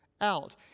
out